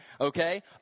Okay